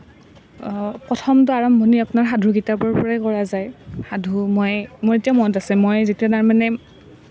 প্ৰথমতো আৰম্ভনি আপোনাৰ সাধু কিতাপৰ পৰাই কৰা যায় সাধু মোৰ এতিয়াও মনত আছে মই যেতিয়া তাৰমানে